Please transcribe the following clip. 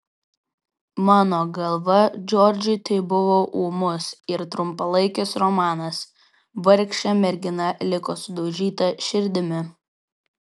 mano galva džordžui tai buvo ūmus ir trumpalaikis romanas vargšė mergina liko sudaužyta širdimi